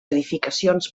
edificacions